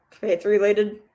faith-related